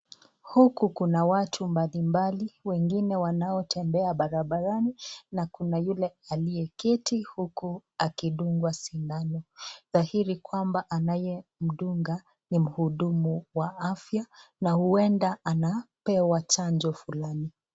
Huku kuna watu mbalimbali wengine wanaotembea barabarani, na kuna yule aliyeketi huku akidungwa sindano, dhahiri kwamba anaye mdunga ni mhudumu wa afya na huwenda anapewa chanjo fulani.